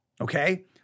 okay